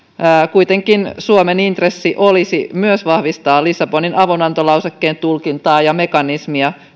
kuitenkin suomen intressi olisi myös vahvistaa lissabonin avunantolausekkeen tulkintaa ja mekanismia